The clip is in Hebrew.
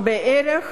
בערך